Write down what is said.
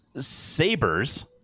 sabers